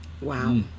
Wow